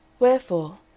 Wherefore